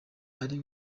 ari